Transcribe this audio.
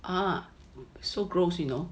ah so gross you know